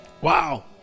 Wow